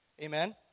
Amen